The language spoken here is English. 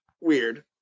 weird